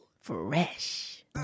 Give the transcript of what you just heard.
Fresh